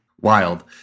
Wild